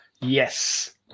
Yes